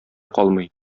калмый